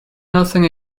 nothing